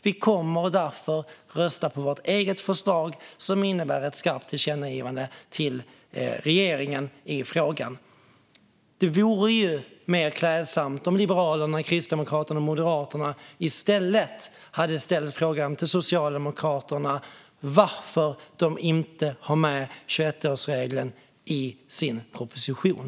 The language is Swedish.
Vi kommer därför att rösta på vårt eget förslag, som innebär ett skarpt tillkännagivande till regeringen i frågan. Det hade varit mer klädsamt om Liberalerna, Kristdemokraterna och Moderaterna i stället hade ställt frågan till Socialdemokraterna om varför de inte har med 21-årsregeln i sin proposition.